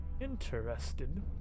interested